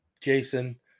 Jason